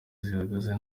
zihagaze